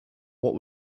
what